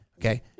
Okay